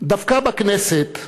דווקא בכנסת,